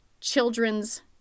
Children's